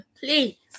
Please